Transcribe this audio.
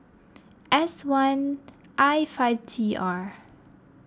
S one I five T R